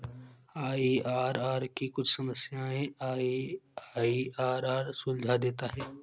IRR की कुछ समस्याएं एम.आई.आर.आर सुलझा देता है